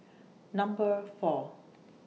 Number four